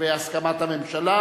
והסכמת הממשלה.